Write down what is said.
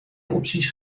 opties